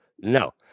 No